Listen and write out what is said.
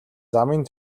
замын